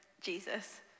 Jesus